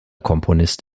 komponist